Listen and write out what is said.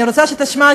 אני רוצה שתשמע,